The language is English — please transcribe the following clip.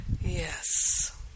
Yes